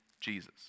Jesus